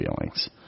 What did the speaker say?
feelings